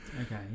Okay